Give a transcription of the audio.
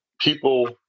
people